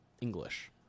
english